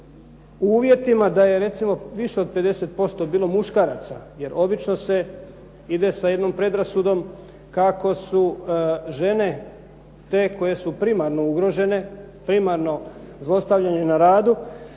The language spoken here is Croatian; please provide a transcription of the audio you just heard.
u uvjetima da je recimo više od 50% bilo muškaraca jer obično se ide sa jednom predrasudom kako su žene te koje su primarno ugrožene, primarno zlostavljane na radu,